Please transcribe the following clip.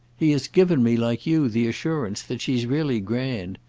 he has given me, like you, the assurance that she's really grand.